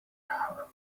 however